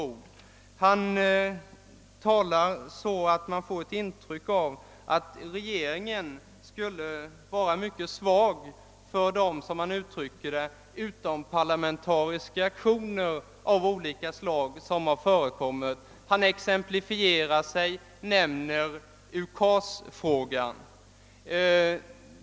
Av hans anförande fick man intrycket att regeringen skulle vara mycket svag för som han uttryckte det »de utomparlamentariska aktioner» av olika slag som förekommit. Han exemplifierade med UKAS.